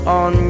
on